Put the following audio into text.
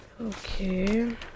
okay